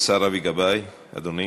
השר אבי גבאי, אדוני.